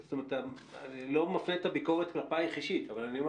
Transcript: אני לא מפנה את הביקורת כלפיך אישית אבל אני אומר